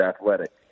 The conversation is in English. athletic